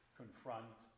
confront